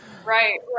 Right